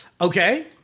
Okay